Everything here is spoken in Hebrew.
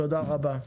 תודה רבה.